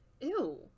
Ew